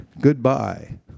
Goodbye